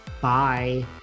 Bye